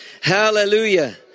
Hallelujah